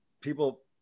people